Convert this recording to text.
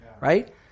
right